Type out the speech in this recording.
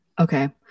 Okay